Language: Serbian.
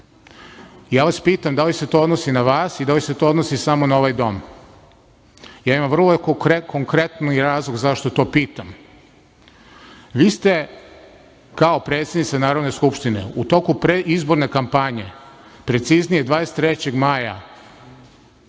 Ja vas pitam - da li se to odnosi na vas i da li se to odnosi samo na ovaj dom? Imam vrlo konkretan razlog zašto to pitam. Vi ste kao predsednica Narodne skupštine u toku predizborne kampanje, preciznije 23. maja,